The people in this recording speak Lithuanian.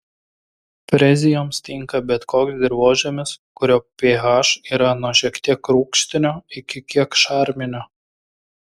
frezijoms tinka bet koks dirvožemis kurio ph yra nuo šiek tiek rūgštinio iki kiek šarminio